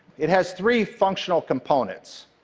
it has three functional components.